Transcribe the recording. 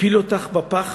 הפילו אותך בפח